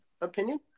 opinion